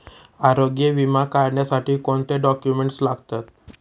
आरोग्य विमा काढण्यासाठी कोणते डॉक्युमेंट्स लागतात?